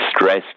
stressed